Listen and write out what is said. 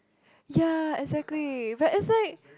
ya exactly but it's like